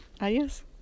Adios